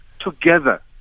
together